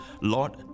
Lord